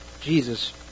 Jesus